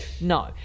no